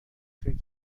فکر